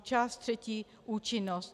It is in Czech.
Část třetí Účinnost.